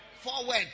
Forward